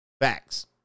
Facts